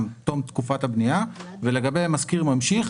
תום תקופת הבנייה ולגבי משכיר ממשיך,